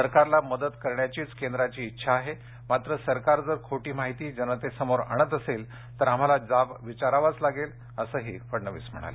सरकारला मदत करण्याचीच केंद्राची इच्छा आहे मात्र सरकार जर खोटी माहिती जनतेसमोर आणत असेल तर आम्हाला जाब विचारावाच लागेल असंही फडणवीस म्हणाले